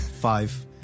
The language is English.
Five